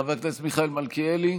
חבר הכנסת מיכאל מלכיאלי,